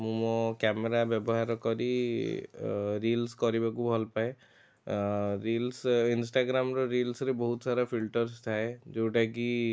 ମୁଁ ମୋ କ୍ୟାମେରା ବ୍ୟବହାର କରି ରିଲ୍ସ କରିବାକୁ ଭଲ ପାଏ ରିଲ୍ସ ଇନଷ୍ଟାଗ୍ରାମ୍ର ରିଲ୍ସରେ ବହୁତ ସାରା ଫିଲ୍ଟର୍ସ ଥାଏ ଯେଉଁଟା କି